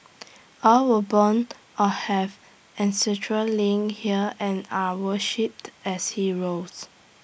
all were born or have ancestral links here and are worshipped as heroes